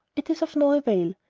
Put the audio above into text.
it is of no avail.